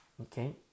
Okay